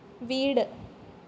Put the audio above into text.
വീട്